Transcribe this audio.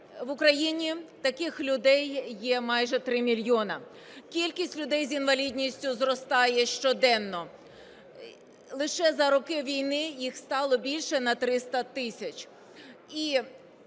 в Україні таких людей є майже 3 мільйони. Кількість людей з інвалідністю зростає щоденно. Лише за роки війни їх стало більше на 300 тисяч.